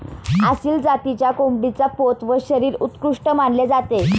आसिल जातीच्या कोंबडीचा पोत व शरीर उत्कृष्ट मानले जाते